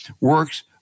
works